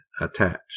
attached